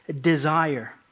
desire